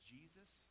Jesus